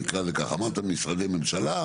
אמרת משרדי ממשלה,